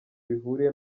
bihuriye